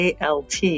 ALT